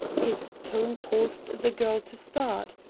his tone caused the girl to start.